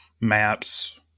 maps